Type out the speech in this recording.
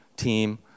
team